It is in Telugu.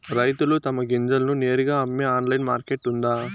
రైతులు తమ గింజలను నేరుగా అమ్మే ఆన్లైన్ మార్కెట్ ఉందా?